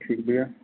ठीक भैया